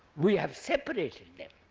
we have separated them.